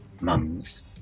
Mums